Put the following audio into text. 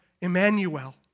Emmanuel